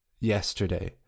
yesterday